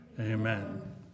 Amen